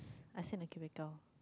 except the chemical